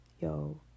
Yo